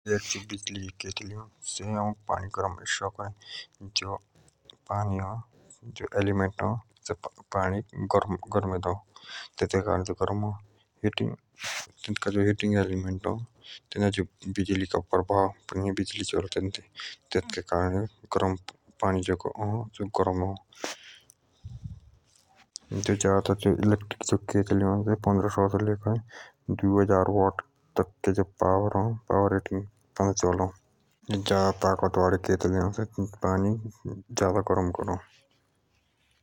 जो इलेक्ट्रिक कि केतलि अ तेतून्दो पाणी गरम शकअ अए जो एलीमेंट अ से पाणीक गरमे देअ एन्दो पाणी बिजली लेई अ गरम जो इलेक्ट्रिक केतली अ से पन्द्रह सो से लेकर दुई हजार वाट तक अ एतु लेई पाणी गरम अ तिको।